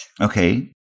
Okay